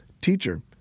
Teacher